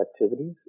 activities